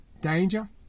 Danger